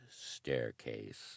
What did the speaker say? staircase